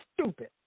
stupid